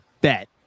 bet